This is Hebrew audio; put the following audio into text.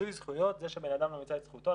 מיצוי זכויות זה שבן אדם ממצה את זכותו,